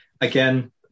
again